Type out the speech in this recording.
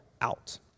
out